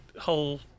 whole